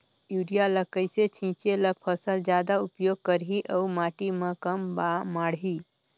Urea ल कइसे छीचे ल फसल जादा उपयोग करही अउ माटी म कम माढ़ही?